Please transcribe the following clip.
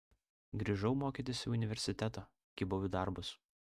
grįžau mokytis į universitetą kibau į darbus